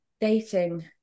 dating